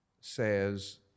says